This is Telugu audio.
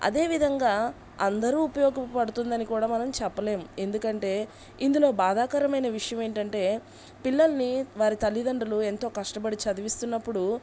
అదేవిధంగా అందరూ ఉపయోగపడుతుందని కూడా మనం చెప్పలేము ఎందుకంటే ఇందులో బాధాకరమైన విషయం ఏంటంటే పిల్లల్ని వారి తల్లిదండ్రులు ఎంతో కష్టపడి చదివిస్తున్నప్పుడు